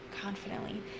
confidently